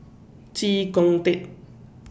Chee Kong Tet